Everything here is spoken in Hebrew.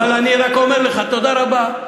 אבל אני רק אומר לך: תודה רבה,